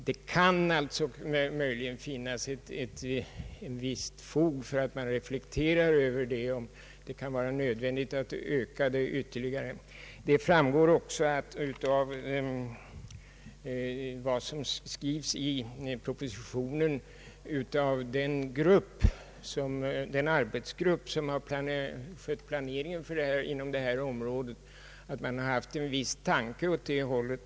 Det kan alltså möjligen finnas ett visst fog för att man reflekterar över om det kan bli nödvändigt med en ytterligare ökning. Det framgår av vad som skrivs i propositionen av den arbetsgrupp som skött planeringen inom detta område, att man haft vissa tankar åt det hållet.